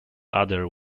other